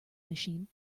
machine